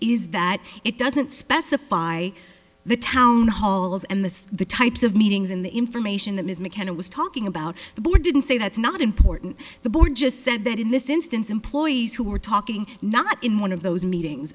is that it doesn't specify the town halls and the the types of meetings in the information that is mckenna was talking about the board didn't say that's not important the board just said that in this instance employees who are talking not in one of those meetings